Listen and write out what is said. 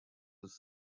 was